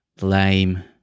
lame